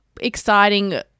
exciting